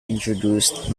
introduced